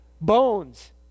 bones